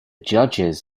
judges